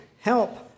help